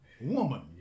woman